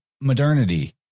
modernity